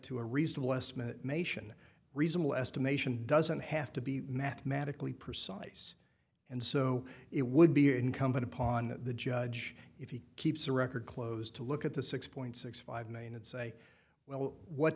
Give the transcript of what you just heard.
to a reasonable estimate mation reasonable estimation doesn't have to be mathematically precise and so it would be incumbent upon the judge if he keeps a record close to look at the six point six five million and say well what